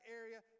area